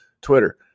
Twitter